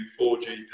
4G